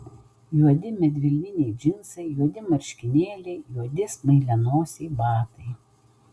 juodi medvilniniai džinsai juodi marškinėliai juodi smailianosiai batai